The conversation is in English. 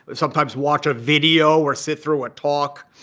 but sometimes watch a video or sit through a talk,